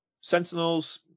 sentinels